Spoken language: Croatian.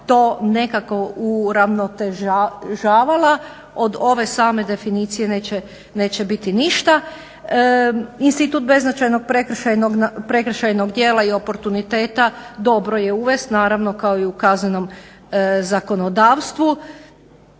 to nekako uravnoteživala od ove same definicije neće biti ništa. Institut beznačajnog prekršajnog dijela i oportuniteta dobro je uvest naravno kao i u kaznenom zakonodavstvu.